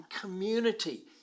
community